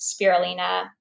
spirulina